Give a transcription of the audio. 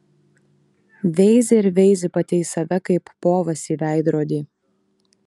veizi ir veizi pati į save kaip povas į veidrodį